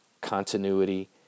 continuity